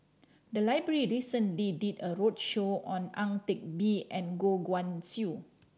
the library recently did a roadshow on Ang Teck Bee and Goh Guan Siew